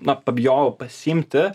na pabijojau pasiimti